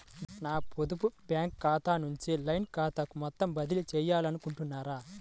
నా పొదుపు బ్యాంకు ఖాతా నుంచి లైన్ ఖాతాకు మొత్తం బదిలీ చేయాలనుకుంటున్నారా?